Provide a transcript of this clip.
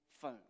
phone